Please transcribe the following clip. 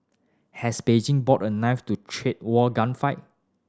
has Beijing brought a knife to a trade war gunfight